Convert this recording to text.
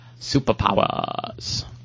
superpowers